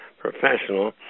professional